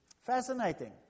Fascinating